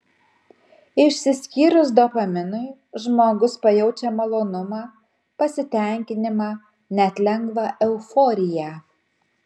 išsiskyrus dopaminui žmogus pajaučia malonumą pasitenkinimą net lengvą euforiją